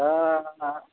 दा